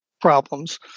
problems